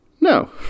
No